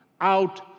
out